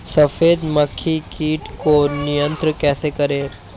सफेद मक्खी कीट को नियंत्रण कैसे करें?